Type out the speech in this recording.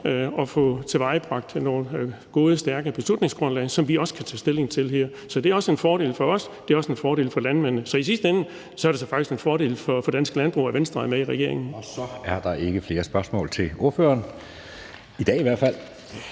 at få tilvejebragt et godt og stærkt beslutningsgrundlag, som vi også kan tage stilling til her. Så det er en fordel for os, og det er også en fordel for landmændene. Så i sidste ende er det faktisk en fordel for dansk landbrug, at Venstre er med i regeringen. Kl. 13:25 Anden næstformand (Jeppe Søe): Så er der ikke flere